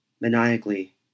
maniacally